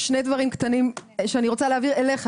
שני דברים קטנים שאני רוצה להעביר אליך,